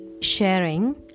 sharing